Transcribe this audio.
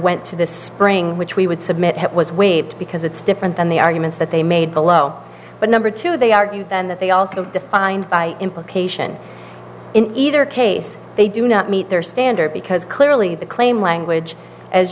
went to the spring which we would submit it was waived because it's different than the arguments that they made below but number two they argue that they also defined by implication in either case they do not meet their standard because clearly the claim language as